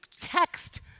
text